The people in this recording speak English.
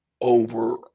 over